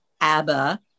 Abba